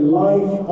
life